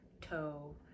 toe